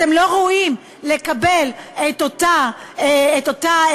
אתם לא ראויים לקבל את אותה גמלה?